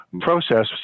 process